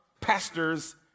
pastors